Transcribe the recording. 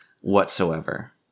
whatsoever